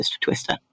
twister